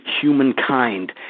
humankind